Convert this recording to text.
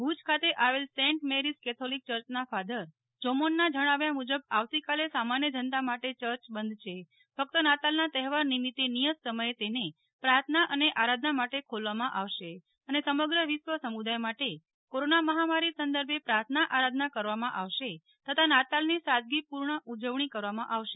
ભુજ ખાતે આવેલ Saint Mary's Catholic ચર્ચના ફાધર જોમોનના જણાવ્યા મુજબ આવતીકાલે સામાન્ય જનતા માટે ચર્ચ બંધ છે ફક્ત નાતાલના તફેવાર નિમિતે નિયત સમયે તેને પ્રાર્થના અને આરાધના માટે ખોલવામાં આવશે અને સમગ્ર વિશ્વ સમુદાય માટે કોરોના મહામારી સંદર્ભે પ્રાર્થના આરાધના કરવામાં આવશે તથા નાતાલની સાદગીપૂર્ણ ઉજવણી કરવામાં આવશે